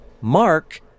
Mark